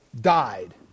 died